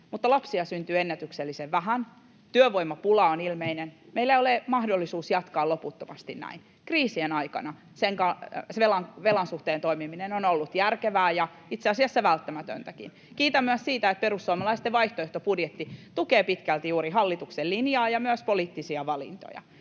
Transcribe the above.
mutta lapsia syntyy ennätyksellisen vähän, työvoimapula on ilmeinen, meillä ei ole mahdollisuutta jatkaa loputtomasti näin. Kriisien aikana sen velan suhteen toimiminen on ollut järkevää ja itse asiassa välttämätöntäkin. Kiitän myös siitä, että perussuomalaisten vaihtoehtobudjetti tukee pitkälti juuri hallituksen linjaa ja myös poliittisia valintoja.